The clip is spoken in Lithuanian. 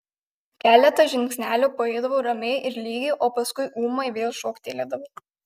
keletą žingsnelių paeidavo ramiai ir lygiai o paskui ūmai vėl šoktelėdavo